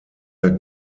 der